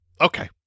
Okay